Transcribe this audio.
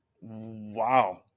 Wow